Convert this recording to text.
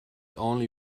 only